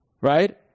right